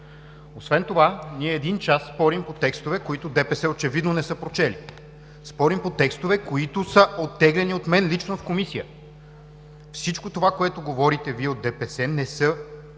Освен това ние един час спорим по текстове, които ДПС очевидно не са прочели. Спорим по текстове, които са оттеглени от мен лично в Комисията. Всичко това, което говорите Вие от ДПС, не е